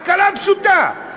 הקלה פשוטה,